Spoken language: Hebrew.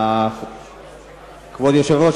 כבוד היושב-ראש,